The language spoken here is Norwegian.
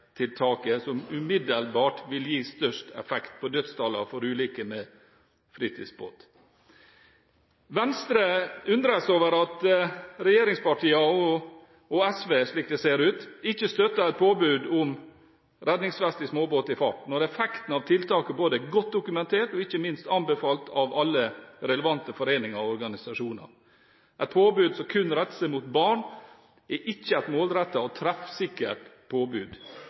som umiddelbart vil gi størst effekt på dødstallene for ulykker med fritidsbåt. Venstre undrer seg over at regjeringspartiene og SV, slik det ser ut, ikke støtter et påbud om redningsvest i småbåt i fart, når effekten av tiltaket er både godt dokumentert og ikke minst anbefalt av alle relevante foreninger og organisasjoner. Et påbud som kun retter seg mot barn, er ikke et målrettet og treffsikkert påbud.